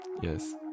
yes